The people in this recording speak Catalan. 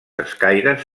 escaires